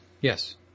Yes